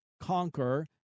conquer